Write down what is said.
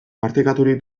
partekaturik